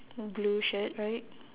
blue shirt right